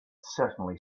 certainly